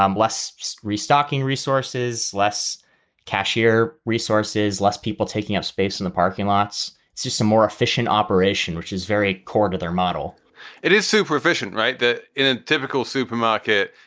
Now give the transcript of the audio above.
um less so restocking resources, less cashier resources, less people taking up space in the parking lots. it's just a more efficient operation, which is very core to their model it is super efficient, right. the ah typical supermarket,